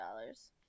dollars